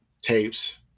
tapes